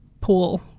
pool